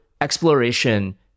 exploration